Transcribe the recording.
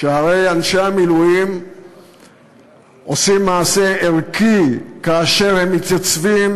שהרי אנשי המילואים עושים מעשה ערכי כאשר הם מתייצבים